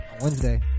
Wednesday